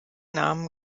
namen